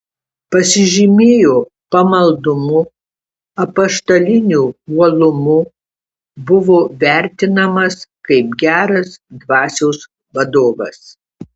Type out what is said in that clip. pasižymėjo pamaldumu apaštaliniu uolumu buvo vertinamas kaip geras dvasios vadovas